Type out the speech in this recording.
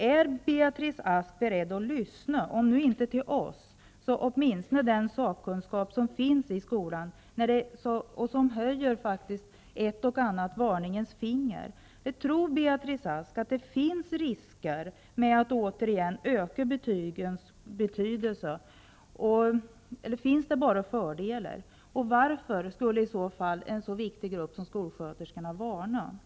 Är Beatrice Ask beredd att lyssna, om inte på oss, så åtminstone på de sakkunniga i skolan som faktiskt har sagt ett och annat varningens ord? Tror Beatrice Ask att det finns risker med att återigen öka betygens betydelse? Finns det bara fördelar? Varför skulle i så fall en så viktig grupp som skolsköterskorna varna?